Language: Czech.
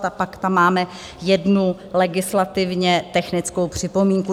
A pak tam máme jednu legislativně technickou připomínku.